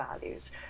values